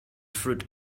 fruit